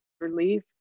relief